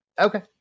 Okay